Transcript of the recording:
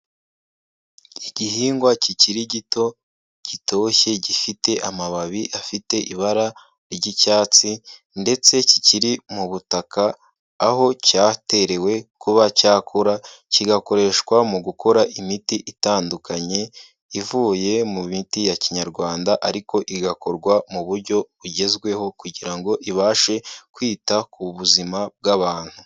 Igihingwa kikiri gito, gitoshye gifite amababi afite ibara ry'icyatsi ndetse kikiri mu butaka aho cyaterewe kuba cyakura kigakoreshwa mu gukora imiti itandukanye ivuye mu miti ya kinyarwanda ariko igakorwa mu buryo bugezweho kugira ngo ibashe kwita ku buzima bw'abantu.